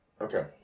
Okay